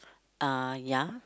uh ya